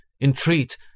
entreat